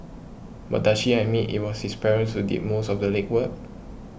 but does she admit it was his parents who did most of the legwork